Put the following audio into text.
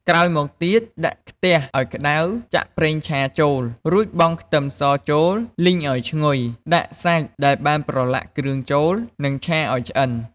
ក្រោយមកទៀត ដាក់ខ្ទះឱ្យក្ដៅ ចាក់ប្រងឆាចូល រួចបង់ខ្ទឹមសចូល លីងឱ្យឈ្ងុយ ដាក់សាច់ដែលបានប្រឡាក់គ្រឿងចូល និងឆាឱ្យឆ្អិន។